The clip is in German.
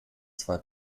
zwei